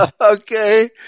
Okay